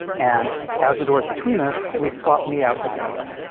and as the door is between us, we swap me out for somebody else.